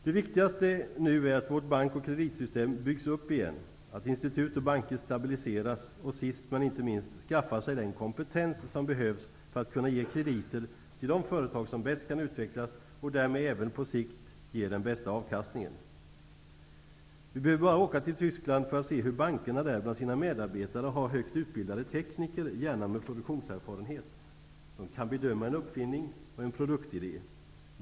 Det viktigaste nu är att vårt bank och kreditsystem byggs upp igen, så att institut och banker stabiliseras och -- sist men inte minst -- skaffar sig den kompetens som behövs för att kunna ge krediter till de företag som bäst kan utvecklas och därmed även på sikt ger den bästa avkastningen. Vi behöver bara åka till Tyskland för att se hur bankerna där bland sina medarbetare har högt utbildade tekniker, gärna med produktionserfarenhet. De kan bedöma en uppfinning, en produktidé.